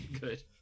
Good